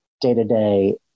day-to-day